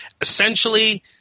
Essentially